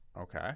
okay